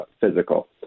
physical